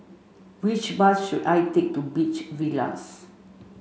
which bus should I take to Beach Villas